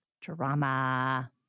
Drama